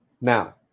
Now